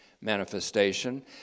manifestation